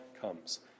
comes